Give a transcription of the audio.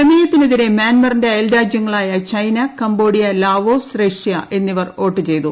പ്രമേയത്തിനെതിരെ മൃാൻമറിന്റെ അയൽ രാജ്യങ്ങളായ ചൈന കംബോഡിയ ലാവോസ് റഷ്യ എന്നിവർ വോട്ട് ചെയ്തു